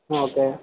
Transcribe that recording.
okay